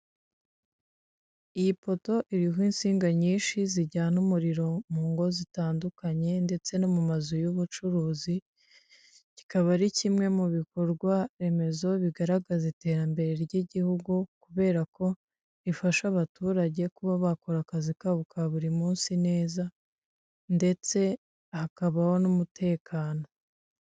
Iyi poto iriho insinga nyinshi zijyana umuriro mu ngo zitandukanye, ndetse no mu mazu y'ubucuruzi, kikaba ari kimwe mu bikorwa remezo bigaragaza iterambere ry'igihugu, kubera ko rifasha abaturage kuba bakora akazi kabo ka buri munsi neza, ndetse hakabaho n'umutekano.